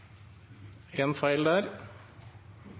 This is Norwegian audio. en situasjon der